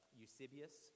eusebius